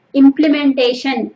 implementation